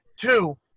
Two